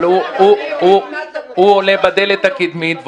הוא עולה בדלת הקדמית,